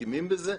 מסכימים לזה.